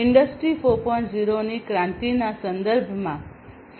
0 ની ક્રાંતિના સંદર્ભમાં સામાન્ય રીતે થાય છે